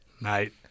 Mate